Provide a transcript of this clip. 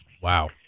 Wow